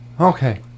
Okay